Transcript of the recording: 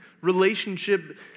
relationship